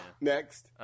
Next